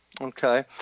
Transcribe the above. Okay